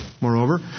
Moreover